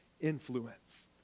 influence